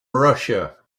russia